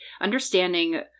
understanding